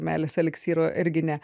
meilės eliksyrų irgi ne